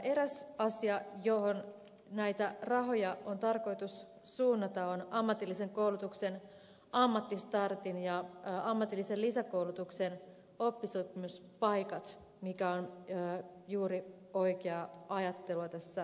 eräs asia johon näitä rahoja on tarkoitus suunnata on ammatillisen koulutuksen ammattistartin ja ammatillisen lisäkoulutuksen oppisopimuspaikat mikä on juuri oikeaa ajattelua tässä tilanteessa